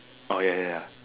ah ya ya ya